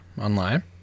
online